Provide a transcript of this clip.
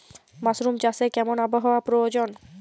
Mushroom চাষে কেমন আবহাওয়ার প্রয়োজন?